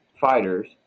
fighters